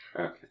Okay